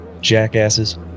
jackasses